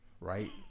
right